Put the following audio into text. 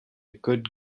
good